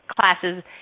classes